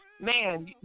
Man